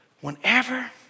whenever